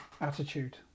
attitude